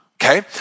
Okay